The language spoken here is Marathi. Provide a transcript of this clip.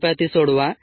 कृपया ती सोडवा